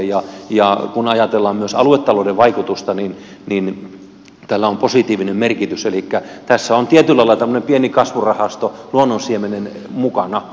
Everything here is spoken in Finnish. ja kun ajatellaan myös aluetalouden vaikutusta niin tällä on positiivinen merkitys elikkä tässä on tietyllä lailla tämmöinen pieni kasvurahasto luonnonsiemenen mukana